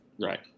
Right